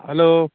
hello